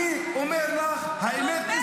אני אומר לך, האמת,